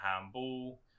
handball